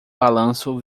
balanço